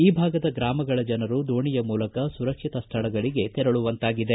ಈ ಭಾಗದ ಗ್ರಾಮಗಳ ಜನರು ದೋಣಿಯ ಮೂಲಕ ಸುರಕ್ಷಿತ ಸ್ಥಳಗಳಿಗೆ ತೆರಳುವಂತಾಗಿದೆ